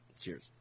cheers